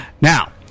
Now